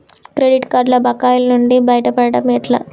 Credit కార్డుల బకాయిల నుండి బయటపడటం ఎట్లా?